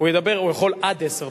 הוא ידבר, הוא יכול עד עשר דקות.